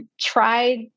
tried